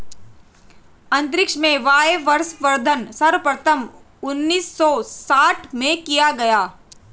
अंतरिक्ष में वायवसंवर्धन सर्वप्रथम उन्नीस सौ साठ में किया गया